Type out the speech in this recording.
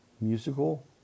musical